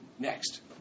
next